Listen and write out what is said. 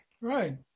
Right